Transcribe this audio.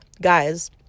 guys